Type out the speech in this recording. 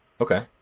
okay